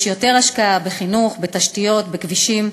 יש יותר השקעה בחינוך, בתשתיות, בכבישים.